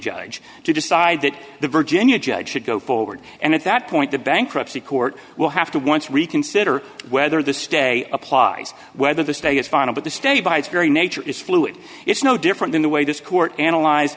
judge to decide that the virginia judge should go forward and at that point the bankruptcy court will have to once reconsider whether the stay applies whether the stay is final but the state by its very nature is fluid it's no different than the way this court analyze